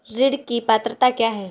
ऋण की पात्रता क्या है?